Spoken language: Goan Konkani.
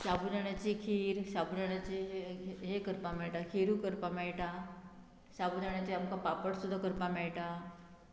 साबू दाण्याची खीर साबू दाण्याची हे करपाक मेळटा खीरूय करपाक मेळटा साबू दाण्याचे आमकां पापड सुद्दां करपाक मेळटा